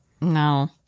No